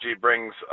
brings